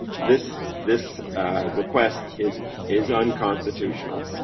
this this request is is unconstitutional.